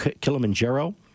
Kilimanjaro